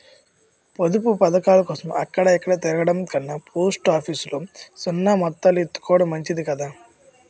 పొదుపు పదకాలకోసం అక్కడ ఇక్కడా తిరగడం కన్నా పోస్ట్ ఆఫీసు లో సిన్న మొత్తాలు ఎత్తుకోడం మంచిదే కదా